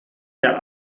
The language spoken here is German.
der